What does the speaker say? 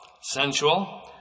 sensual